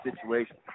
situation